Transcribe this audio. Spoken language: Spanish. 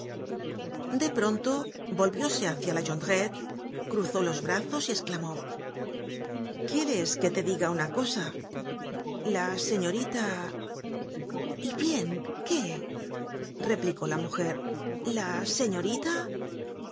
de pronto volvióse hácia la jondrette cruzó los brazos y esclamó quieres que te diga una cosa la señorita y bien qué replicó la mujer laseñorita